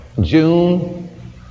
June